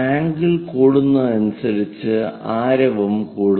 angle കൂടുന്നതിനനുസരിച്ച് ആരവും കൂടുന്നു